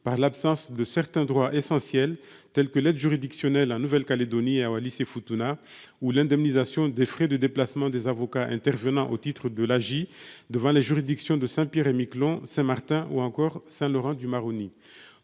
d'effectivité de certains droits essentiels, comme l'aide juridictionnelle en Nouvelle-Calédonie et à Wallis-et-Futuna ou l'indemnisation des frais de déplacement des avocats intervenant au titre de l'aide juridictionnelle devant les juridictions de Saint-Pierre-et-Miquelon, Saint-Martin ou encore Saint-Laurent-du-Maroni